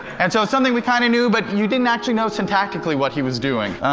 and so something we kind of knew, but you didn't actually notice syntactically what he was doing.